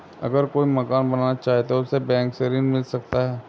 अगर कोई मकान बनाना चाहे तो उसे बैंक से ऋण मिल सकता है?